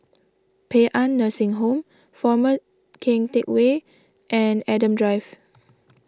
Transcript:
Paean Nursing Home former Keng Teck Whay and Adam Drive